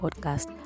Podcast